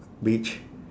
beach